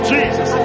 Jesus